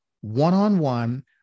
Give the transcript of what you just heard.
one-on-one